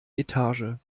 etage